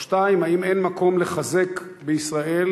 2. האם אין מקום לחזק בישראל,